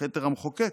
ובכתר המחוקק,